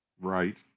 Right